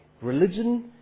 Religion